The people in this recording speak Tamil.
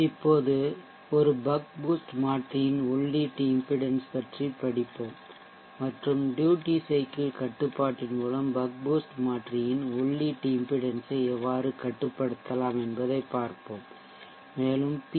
இப்போது ஒரு பக் பூஸ்ட் மாற்றியின் உள்ளீட்டு இம்பிடென்ஷ் பற்றிப் படிப்போம் மற்றும் ட்யூட்டி சைக்கிள் கட்டுப்பாட்டின் மூலம் பக் பூஸ்ட் மாற்றியின் உள்ளீட்டு இம்பிடென்ஷ் ஐ எவ்வாறு கட்டுப்படுத்தலாம் என்பதைப் பார்ப்போம் மேலும் பி